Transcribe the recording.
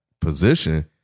position